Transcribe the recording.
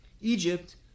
egypt